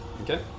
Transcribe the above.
Okay